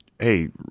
Hey